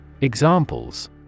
Examples